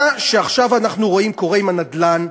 מה שעכשיו אנחנו רואים שקורה עם הנדל"ן,